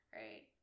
right